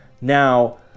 Now